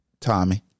Tommy